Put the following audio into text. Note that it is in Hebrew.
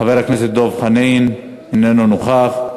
חבר הכנסת דב חנין, איננו נוכח.